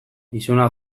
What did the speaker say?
izuna